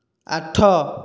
ଆଠ